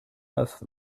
neuf